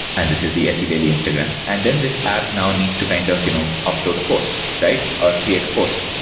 and this is the se daily instagram, and then this app now needs to kind of you know upload a post or create a post.